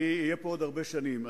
אני אהיה פה עוד הרבה שנים.